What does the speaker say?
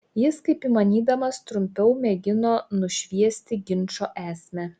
jis kaip įmanydamas trumpiau mėgino nušviesti ginčo esmę